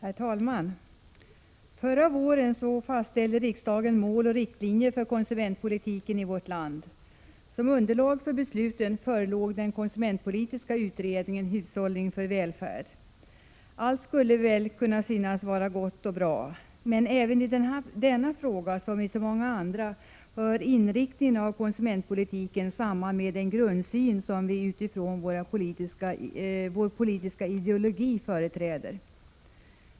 Herr talman! Förra våren fastställde riksdagen mål och riktlinjer för konsumentpolitiken i vårt land. Som underlag för besluten förelåg den konsumentpolitiska utredningen Hushållning för välfärd. Allt skulle kunna synas vara gott och väl, men även i denna fråga — som i så många andra frågor — hänger inriktningen av konsumentpolitiken samman med den grundsyn som partierna utifrån sin politiska ideologi företräder.